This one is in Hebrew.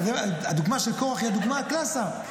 הדוגמה של קרח היא הדוגמה הקלאסית,